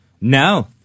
no